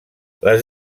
les